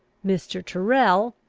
mr. tyrrel,